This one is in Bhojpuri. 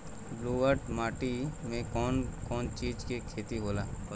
ब्लुअट माटी में कौन कौनचीज के खेती होला?